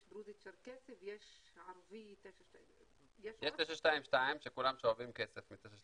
יש דרוזי-צ'רקסי ויש ערבי 922. יש 922 שכולם שואבים כסף מ-922.